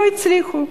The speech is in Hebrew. לא הצליחו.